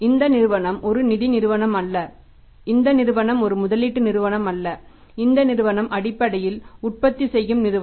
இந்த நிறுவனம் ஒரு நிதி நிறுவனம் அல்ல இந்த நிறுவனம் ஒரு முதலீட்டு நிறுவனம் அல்ல இந்த நிறுவனம் அடிப்படையில் உற்பத்தி செய்யும் நிறுவனம்